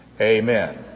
Amen